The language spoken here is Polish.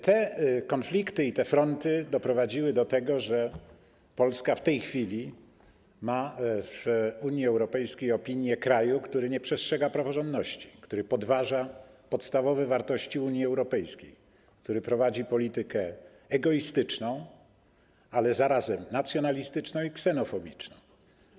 Te konflikty i fronty doprowadziły do tego, że w tej chwili Polska ma w Unii Europejskiej opinię kraju, który nie przestrzega praworządności, który podważa podstawowe wartości Unii Europejskiej, który prowadzi politykę egoistyczną, a zarazem nacjonalistyczną i ksenofobiczną.